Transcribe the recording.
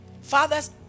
fathers